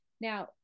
Now